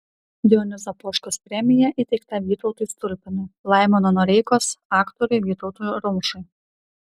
dionizo poškos premija įteikta vytautui stulpinui laimono noreikos aktoriui vytautui rumšui